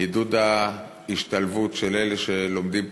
עידוד ההשתלבות של אלה שלומדים פחות,